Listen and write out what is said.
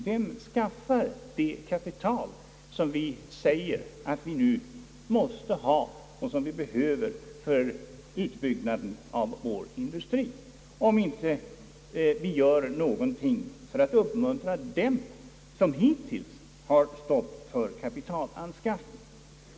Vem skaffar det kapital som vi säger att vi nu måste ha och som vi behöver för utbyggnaden av vår industri, om vi inte gör något för att uppmuntra dem som hittills stått för kapitalanskaffningen?